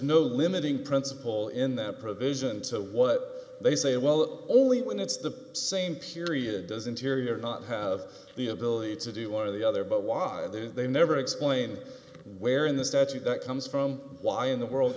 no limiting principle in that provision so what they say well only when it's the same period does interior not have the ability to do one or the other but why they never explain where in the statute that comes from why in the world